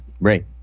Right